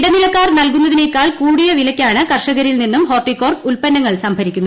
ഇടനിലക്കാർ നൽകുന്നതിനേക്കാൾ കൂടിയ വിലയ്ക്കാണ് കർഷകരിൽ നിന്ന് ഹോർട്ടികോർപ്പ് ഉത്പന്നങ്ങൾ സംഭരിക്കുന്നത്